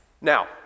Now